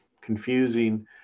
confusing